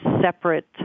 separate